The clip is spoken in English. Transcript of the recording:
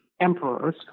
emperors